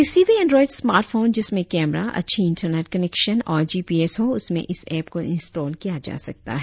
किसी भी android smartphone जिसमें केमरा अच्छी इनटरनेट कनेक्शन और जी पी एस हो उसमें इस एप को इंस्टॉल किया जा सकता है